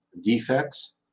Defects